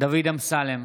דוד אמסלם,